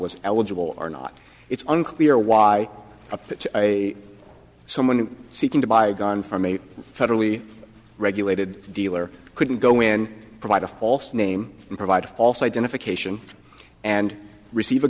was eligible or not it's unclear why a pitch by someone seeking to buy a gun from a federally regulated dealer couldn't go in provide a false name and provide false identification and receive a